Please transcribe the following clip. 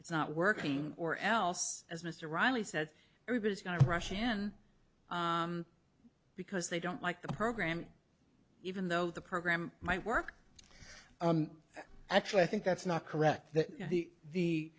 it's not working or else as mr reilly said everybody's going to rush in because they don't like the program even though the program might work actually i think that's not correct that the the